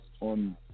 on